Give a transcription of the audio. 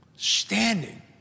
standing